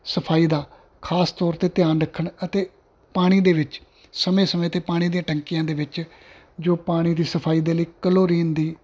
ਸਫਾਈ ਦਾ ਖ਼ਾਸ ਤੌਰ 'ਤੇ ਧਿਆਨ ਰੱਖਣ ਅਤੇ ਪਾਣੀ ਦੇ ਵਿੱਚ ਸਮੇਂ ਸਮੇਂ 'ਤੇ ਪਾਣੀ ਦੇ ਟੈਂਕੀਆਂ ਦੇ ਵਿੱਚ ਜੋ ਪਾਣੀ ਦੀ ਸਫਾਈ ਦੇ ਲਈ ਕਲੋਰੀਨ ਦੀ